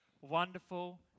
wonderful